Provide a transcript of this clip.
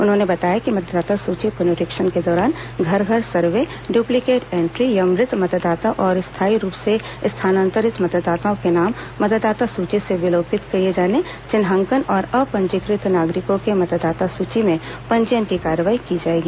उन्होंने बताया कि मतदाता सूची पुनरीक्षण के दौरान घर घर सर्वे डुप्लीकेट एन्ट्री या मृत मतदाता और स्थायी रूप से स्थानांतरित मतदाताओं के नाम मतदाता सूची से विलोपित किए जाने चिन्हांकन और अपंजीकृत नागरिकों के मतदाता सूची में पंजीयन की कार्रवाई की जाएगी